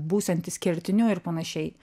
būsiantis kertiniu ir panašiai